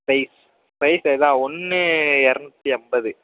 price price அதான் ஒன்று இரநூத்தி ஐம்பது